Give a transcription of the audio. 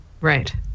Right